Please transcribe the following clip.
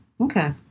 okay